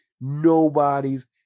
nobody's